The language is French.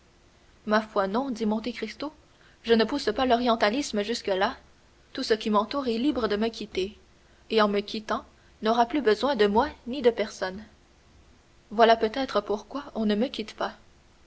ma foi non dit monte cristo je ne pousse pas l'orientalisme jusque-là tout ce qui m'entoure est libre de me quitter et en me quittant n'aura plus besoin de moi ni de personne voilà peut-être pourquoi on ne me quitte pas